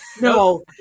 no